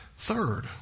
Third